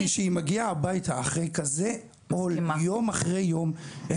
וכשהיא מגיעה הביתה אחרי כזה עול יום אחרי יום,